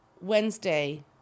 wednesday